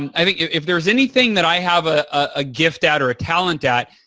i think if there's anything that i have ah a gift at or a talent at,